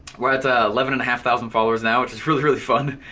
we're at eleven and a half thousand followers now, which is really, really fun.